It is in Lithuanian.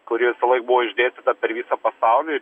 kuri visąlaik buvo išdėstyta per visą pasaulį